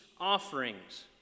offerings